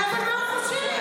--- אבל מה הוא חושב?